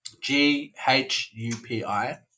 G-H-U-P-I